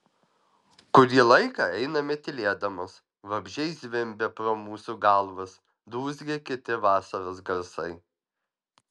kurį laiką einame tylėdamos vabzdžiai zvimbia pro mūsų galvas dūzgia kiti vasaros garsai